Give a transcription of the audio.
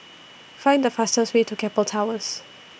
Find The fastest Way to Keppel Towers